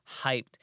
hyped